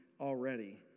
already